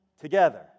together